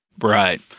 Right